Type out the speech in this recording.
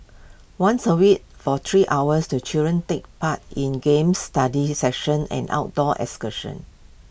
once A week for three hours the children take part in games study sessions and outdoor excursions